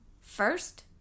First